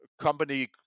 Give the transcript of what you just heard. Company